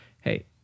hey